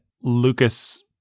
Lucas